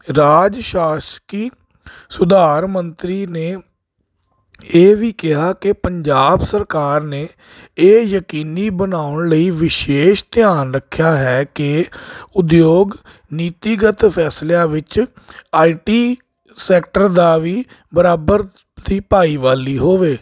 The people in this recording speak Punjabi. ਰਾਜ ਸ਼ਾਸਕੀ ਸੁਧਾਰ ਮੰਤਰੀ ਨੇ ਇਹ ਵੀ ਕਿਹਾ ਕਿ ਪੰਜਾਬ ਸਰਕਾਰ ਨੇ ਇਹ ਯਕੀਨੀ ਬਣਾਉਣ ਲਈ ਵਿਸ਼ੇਸ਼ ਧਿਆਨ ਰੱਖਿਆ ਹੈ ਕਿ ਉਦਯੋਗ ਨੀਤੀਗਤ ਫੈਸਲਿਆਂ ਵਿੱਚ ਆਈਟੀ ਸੈਕਟਰ ਦੀ ਵੀ ਬਰਾਬਰ ਦੀ ਭਾਈ ਵਾਲੀ ਹੋਵੇ